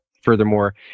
Furthermore